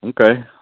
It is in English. Okay